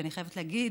שאני חייבת להגיד